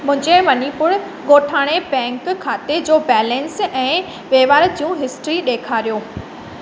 मुंहिंजे मणिपुर गो॒ठाणो बैंक ख़ाते जो बैलेंस ऐं वहिंवार जी हिस्ट्री ॾेखारियो